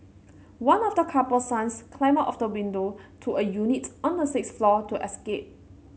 one of the couple's sons climbed out of the window to a unit on the sixth floor to escape